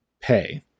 pay